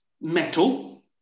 metal